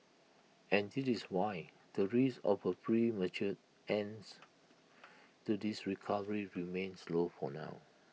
and this is why the risk of A premature ends to this recovery remains low for now